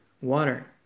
water